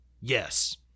Yes